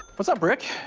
what's up, rick?